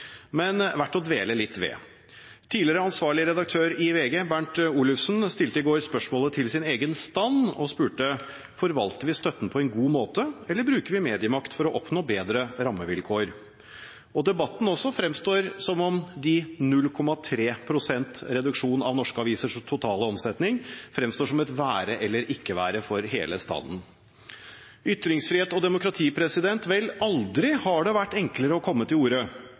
men verdt å dvele litt ved. Tidligere ansvarlig redaktør i VG, Bernt Olufsen, stilte i går spørsmålet til sin egen stand: Forvalter vi støtten på en god måte, eller bruker vi mediemakt for å oppnå bedre rammevilkår? Debatten også fremstår som om de 0,3 pst. reduksjon av norske avisers totale omsetning fremstår som et være eller ikke være for hele standen. Ytringsfrihet og demokrati – vel, aldri har det vært enklere å komme til orde,